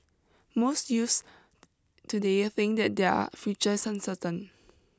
most youths today think that their future is uncertain